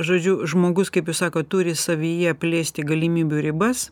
žodžiu žmogus kaip jūs sakot turi savyje plėsti galimybių ribas